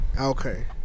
Okay